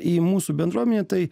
į mūsų bendruomenę tai